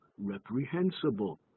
reprehensible